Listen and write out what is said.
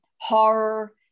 horror